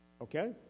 Okay